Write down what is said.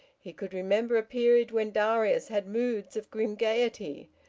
he could remember a period when darius had moods of grim gaiety,